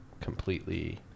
completely